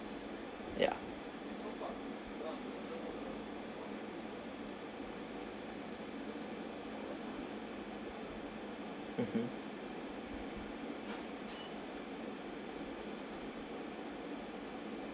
ya mmhmm